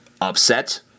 upset